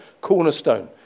cornerstone